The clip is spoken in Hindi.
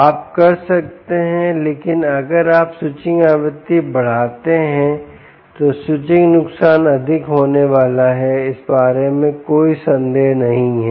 आप कर सकते हैं लेकिन अगर आप स्विचिंग आवृत्ति बढ़ाते हैं तो स्विचिंग नुकसान अधिक होने वाला है इस बारे में कोई संदेह नहीं है